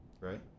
right